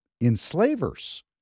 enslavers